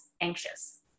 anxious